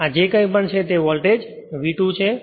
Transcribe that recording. અને આ જે કંઇ પણ છે તે વોલ્ટેજ V2 છે